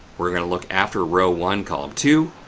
we're going to look after row one column two.